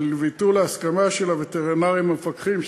ולביטול ההסמכה של הווטרינרים המפקחים,